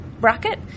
bracket